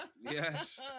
Yes